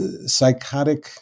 psychotic